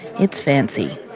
it's fancy.